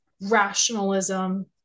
rationalism